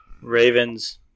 Ravens